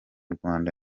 rwanda